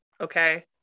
Okay